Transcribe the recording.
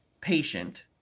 patient